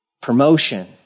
promotion